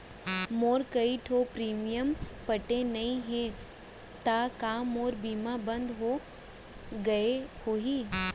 मोर कई ठो प्रीमियम पटे नई हे ता का मोर बीमा बंद हो गए होही?